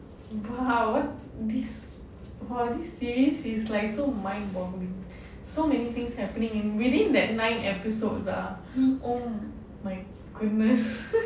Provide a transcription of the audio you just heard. !wow! what this !wah! this series is like so mind-boggling so many things happening in within that nine episodes ah oh my goodness